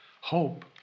Hope